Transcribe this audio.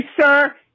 Sir